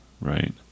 right